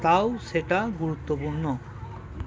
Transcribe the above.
তাও সেটা গুরুত্বপূর্ণ